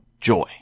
joy